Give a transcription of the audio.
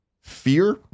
fear